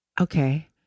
Okay